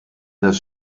das